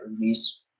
release